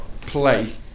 play